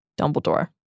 Dumbledore